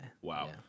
Wow